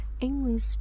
English